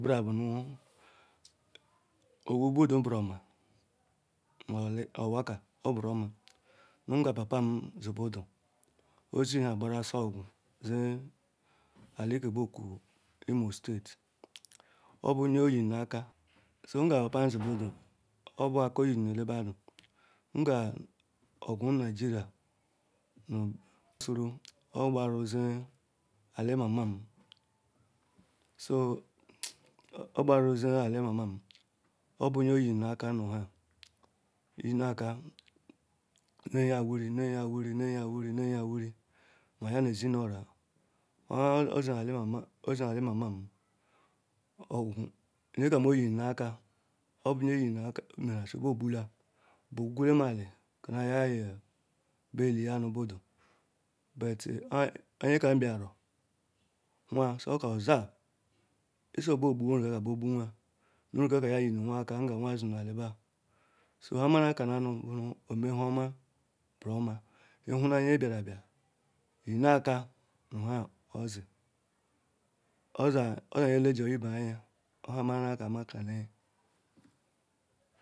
Bram bu nu owo budu buruoma nu eli onwaka buruoma nyam papam zi bundu, osiha gbara uso ogwu zie ali ke bekwo imo state obu nye onyenuka, so ngan papam dibundu obu aka onyinu ele bandu ngan ogwu nugeria noruturu ogbɛru zie eli mamam, so ogbaru zie eli mamam obu nye oyeru aka nu ham yene aka ne yeya wuri ne yeya wuri neyeya wuri neyeya wuri ma ya nu ɛzi nu oro an. Oziru eli mamam oziri eli mamam nu ogwu, obu ele kam onyinuru aza obu nye ke yenuya aka ma su be gbulam be gulem eli ma be eliya nu bundu but kpo nyekam biaru hua, okaru ozaa stead be yogbuma yeruk akam be gbume awanyi nu yeruakam nu onye ruanwa aka mabe anwa ndi nu ali baa so nha ma na kanu anu bunu omehuoma buruoma, ehuna nyebiarubia yenuaka nu hua ehizi oza nye lejeibeanyi aya yabu ehi na kani.